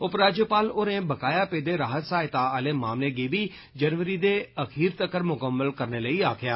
उप राज्यपाल होरें बकाया पेदे राह्त सहायता आले मामले गी बी जनवरी दे अखीर तगर मुकम्मल करने लेई आक्खेआ